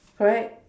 correct